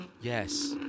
Yes